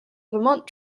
vermont